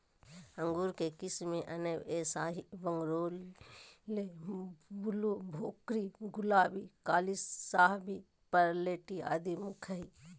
अंगूर के किस्म मे अनब ए शाही, बंगलोर ब्लू, भोकरी, गुलाबी, काली शाहवी, परलेटी आदि मुख्य हई